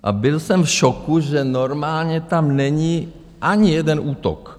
A byl jsem v šoku, že normálně tam není ani jeden útok.